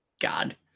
God